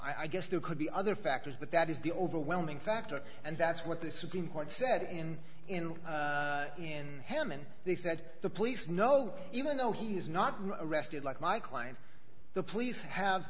i guess there could be other factors but that is the overwhelming factor and that's what the supreme court said and in and hemant they said the police know even though he has not been arrested like my client the police have